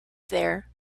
there